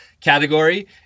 category